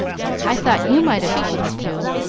i thought you might have told her to.